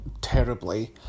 terribly